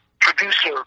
producer